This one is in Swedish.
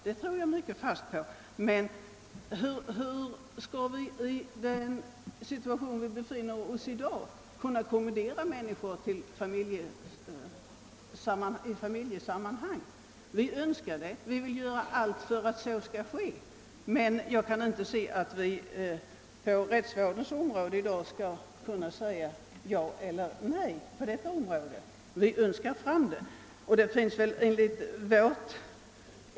Men hur skall vi i den situation vari vi i dag befinner oss kunna kommendera människor att iakttaga starkare familjesammanhållning? Vi önskar en sådan utveckling och vill försöka allt för att så skall bli fallet, men jag kan inte se hur vi på rättsvårdens område i dag skall kunna åstadkomma det.